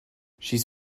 she’s